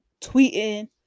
tweeting